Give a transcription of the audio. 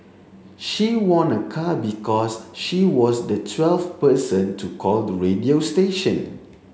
she won a car because she was the twelfth person to call the radio station